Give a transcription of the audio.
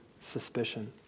suspicion